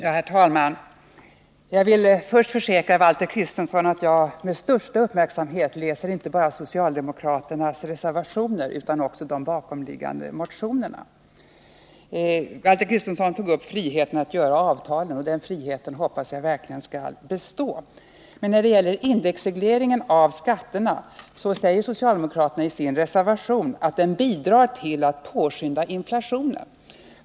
Herr talman! Jag vill först försäkra Valter Kristenson att jag med största uppmärksamhet läser inte bara socialdemokraternas reservationer utan också de bakomliggande motionerna. Valter Kristenson tog upp friheten att träffa avtal på arbetsmarknaden. Den friheten hoppas jag verkligen skall bestå. Men när det gäller indexregleringen av skatterna säger socialdemokraterna i sin reservation att den bidrar till att påskynda inflationen.